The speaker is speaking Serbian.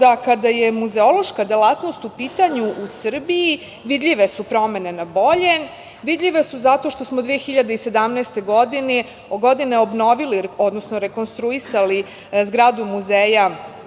da kada je muzeološka delatnost u pitanju u Srbiji vidljive su promene na bolje. Vidljive su zato što smo 2017. godine obnovili, odnosno rekonstruisali zgradu Muzeja